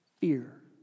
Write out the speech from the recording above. fear